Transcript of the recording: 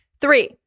Three